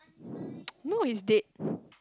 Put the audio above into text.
no it's dead